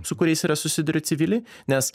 su kuriais yra susiduria civiliai nes